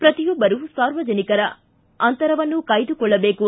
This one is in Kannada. ಪ್ರತಿಯೊಬ್ಬರು ಸಾರ್ವಜನಿಕ ಅಂತರವನ್ನು ಕಾಯ್ದುಕೊಳ್ಳಬೇಕು